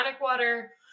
water